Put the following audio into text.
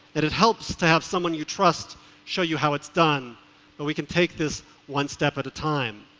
it it helps to have someone you trust show you how it's done but we can take this one step at a time.